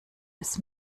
des